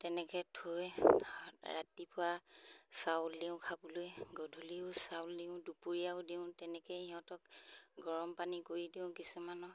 তেনেকৈ থৈ ৰাতিপুৱা চাউল দিওঁ খাবলৈ গধূলিও চাউল দিওঁ দুপৰীয়াও দিওঁ তেনেকৈ সিহঁতক গৰম পানী কৰি দিওঁ কিছুমানক